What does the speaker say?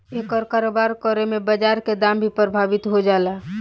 एकर कारोबार करे में बाजार के दाम भी प्रभावित हो जाला